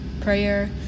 Prayer